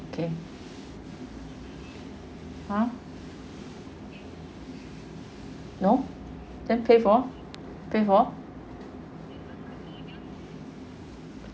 okay ha no then pay for pay for